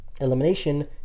elimination